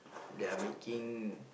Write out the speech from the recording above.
they're making